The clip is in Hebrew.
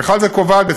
ובכלל זה היא קובעת,